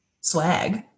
swag